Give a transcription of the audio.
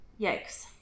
Yikes